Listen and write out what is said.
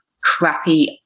crappy